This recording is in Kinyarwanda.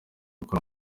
gukora